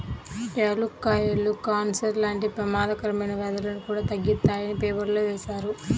యాలుక్కాయాలు కాన్సర్ లాంటి పెమాదకర వ్యాధులను కూడా తగ్గిత్తాయని పేపర్లో వేశారు